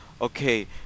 okay